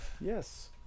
yes